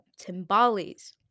timbales